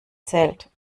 zählt